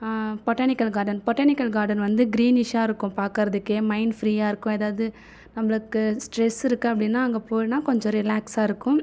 botanical garden botanical garden வந்து க்ரீனிஷாக இருக்கும் பார்க்கறதுக்கே மைண்ட் ஃப்ரீயாக இருக்கும் ஏதாவது நம்மளுக்கு ஸ்டெர்ஸ் இருக்குது அப்படின்னால் அங்கே போனால் கொஞ்சம் ரிலாக்ஸாக இருக்கும்